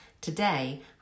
Today